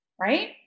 right